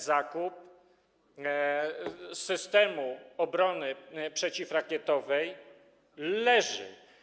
Zakup systemu obrony przeciwrakietowej leży.